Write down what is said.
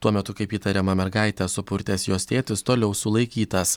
tuo metu kaip įtariama mergaitę supurtęs jos tėtis toliau sulaikytas